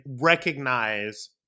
recognize